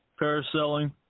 parasailing